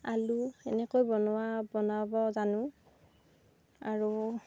আলু এনেকৈ বনোৱা বনাব জানো আৰু